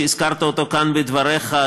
שהזכרת אותו כאן בדבריך,